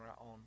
on